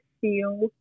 feel